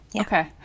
Okay